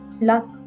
luck